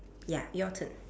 ya your turn